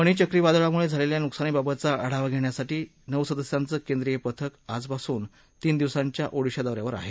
फणी चक्रीवादळामुळे झालेल्या नुकसानीबाबतचा आढावा घेण्यासाठी नऊ सदस्याच केंद्रीय पथक आजपासून तीन दिवसाच्या ओडिशा दौ यावर आहे